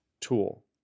tool